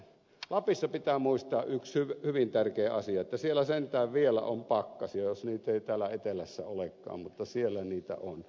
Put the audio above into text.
lapissa pitää muistaa yksi hyvin tärkeä asia että siellä sentään vielä on pakkasia jos niitä ei täällä etelässä olekaan mutta siellä niitä on